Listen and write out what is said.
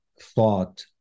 thought